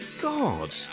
god